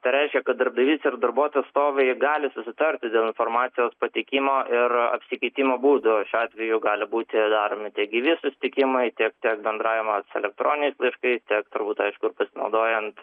tai reiškia kad darbdavys ir darbuotojų atstovai gali susitarti dėl informacijos pateikimo ir apsikeitimo būdo šiuo atveju gali būti daromi tiek gyvi susitikimai tiek tiek bendravimas elektroniniais laiškais tiek turbūt aišku ir pasinaudojant